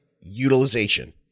utilization